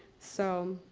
so,